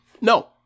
No